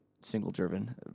single-driven